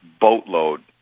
boatload